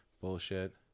bullshit